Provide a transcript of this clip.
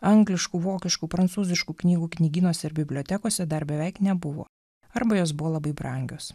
angliškų vokiškų prancūziškų knygų knygynuose ir bibliotekose dar beveik nebuvo arba jos buvo labai brangios